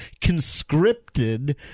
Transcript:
conscripted